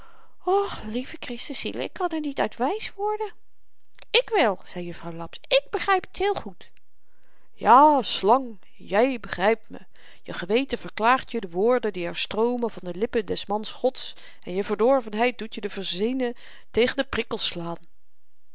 gehoereerd och lievechristenzielen ik kan er niet uit wysworden ik wel zei juffrouw laps ik begryp t heel goed ja slang jy begrypt me je geweten verklaart je de woorden die er stroomen van de lippen des mans gods en je verdorvenheid doet je de verzenen tegen de prikkels slaan